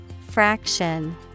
Fraction